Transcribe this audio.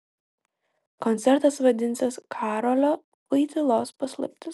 koncertas vadinsis karolio voitylos paslaptis